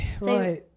right